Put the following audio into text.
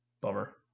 Bummer